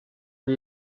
die